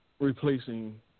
Replacing